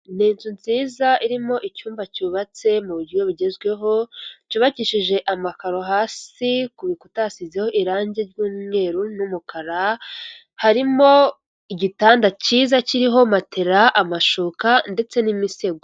Ni inzu nziza irimo icyumba cyubatse mu buryo bugezweho cyubakishije amakaro hasi ku biku hasizeho irangi ry'umweru n'umukara, harimo igitanda cyiza kiriho matela, amashuka ndetse n'imisego.